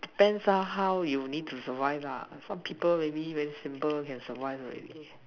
depends on how you need to survive lah some people when me when simple can survive already